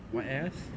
what else